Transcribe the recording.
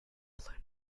balloon